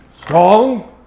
strong